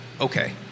Okay